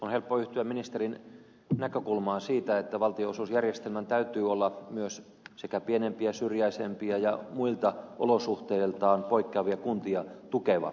on helppo yhtyä ministerin näkökulmaan siitä että valtionosuusjärjestelmän täytyy olla myös sekä pienempiä syrjäisempiä ja muilta olosuhteiltaan poikkeavia kuntia tukeva